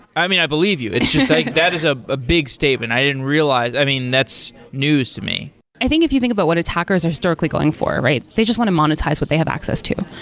i mean, i believe you. it's just that is a ah big statement. i didn't realize. i mean, that's news to me i think if you think about what attackers are historically going for, right? they just want to monetize what they have access to.